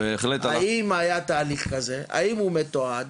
האם היה תהליך כזה, האם הוא מתועד?